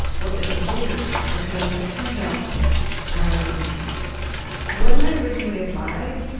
well, it was weird because i turned up and when i originally applied,